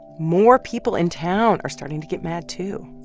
more people in town are starting to get mad too,